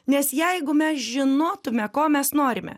nes jeigu mes žinotume ko mes norime